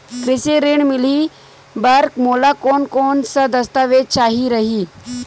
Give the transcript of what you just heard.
कृषि ऋण मिलही बर मोला कोन कोन स दस्तावेज चाही रही?